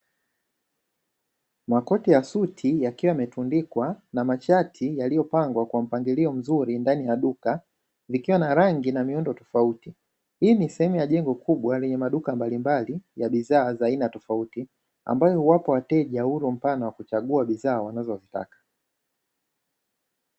Makoti ya suti yakiwa yametundikwa na mashati yaliyopangwa kwa mpangilio mzuri ndani ya duka likiwa na rangi na miundo tofauti. Hii ni sehemu ya jengo kubwa lenye maduka mbalimbali ya bidhaa za aina tofauti, ambayo huwapa wateja uhuru mpana wa kuchagua bidhaa wanazozitaka.